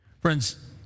Friends